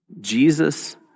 Jesus